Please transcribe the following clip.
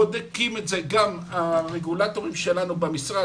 בודקים את זה גם הרגולטורים שלנו במשרד,